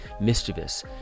mischievous